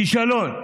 כישלון.